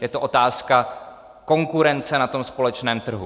Je to otázka konkurence na tom společném trhu.